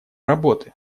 работы